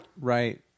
Right